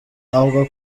avuga